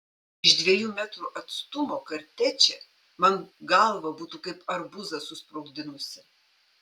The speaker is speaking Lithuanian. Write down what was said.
iš dviejų metrų atstumo kartečė man galvą būtų kaip arbūzą susprogdinusi